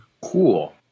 Cool